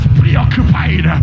preoccupied